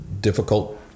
difficult